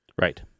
Right